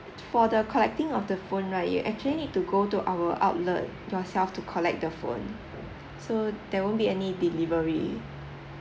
for the collecting of the phone right you actually need to go to our outlet yourself to collect the phone so there won't be any delivery